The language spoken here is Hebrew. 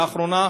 לאחרונה,